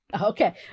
Okay